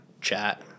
chat